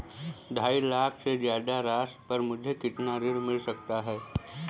ढाई लाख से ज्यादा राशि पर मुझे कितना ऋण मिल सकता है?